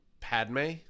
Padme